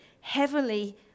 heavily